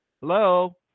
Hello